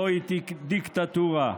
זוהי דיקטטורה.